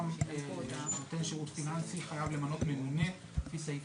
גם נותן שירות פיננסי חייב למנות ממונה לפי סעיף